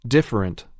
Different